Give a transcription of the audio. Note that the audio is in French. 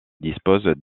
disposent